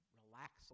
relax